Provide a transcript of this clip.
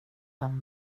han